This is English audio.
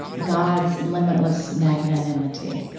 god's limitless magnanimity